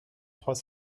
trois